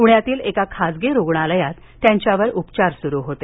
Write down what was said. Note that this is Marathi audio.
पुण्यातील एका खासगी रूग्णालयात त्यांच्यावर उपचार सुरू होते